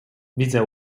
widzę